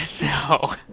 no